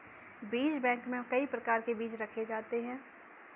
बीज बैंक में कई प्रकार के बीज रखे जाते हैं